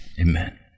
amen